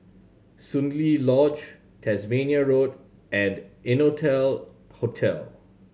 Soon Lee Lodge Tasmania Road and Innotel Hotel